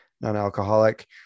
non-alcoholic